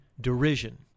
derision